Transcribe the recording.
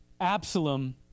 Absalom